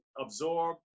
absorb